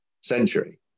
century